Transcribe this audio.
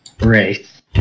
race